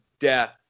Death